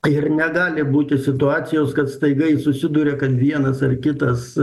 ir negali būti situacijos kad staiga jis susiduria kad vienas ar kitas